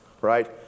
right